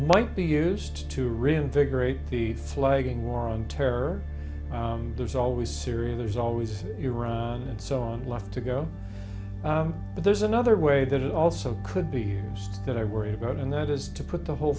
might be used to reinvigorate the flagging war on terror there's always syria there's always some left to go but there's another way that it also could be that i worry about and that is to put the whole